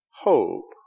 hope